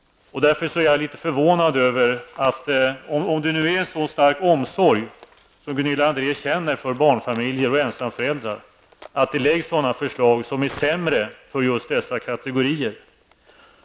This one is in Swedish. Om Gunilla André känner en så stark omsorg för barnfamiljer och ensamföräldrar, är jag lite förvånad över att det läggs fram förslag som är sämre för dessa kategorier.